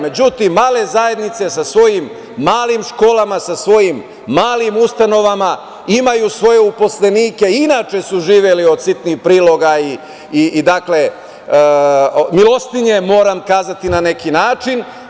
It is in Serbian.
Međutim, male zajednice sa svojim malim školama, sa svojim malim ustanovama imaju svoje službenike i inače su živeli od sitnih priloga i milostinje, moram kazati na neki način.